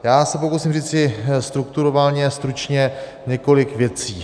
Já se pokusím říci strukturálně, stručně několik věcí.